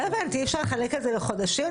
אי-אפשר לחלק את זה לחודשים?